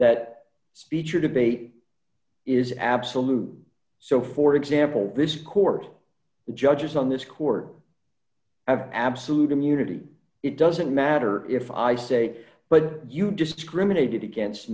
that speech or debate is absolute so for example this court the judges on this court have absolute immunity it doesn't matter if i say but you discriminated against